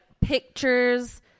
pictures